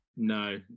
no